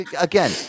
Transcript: Again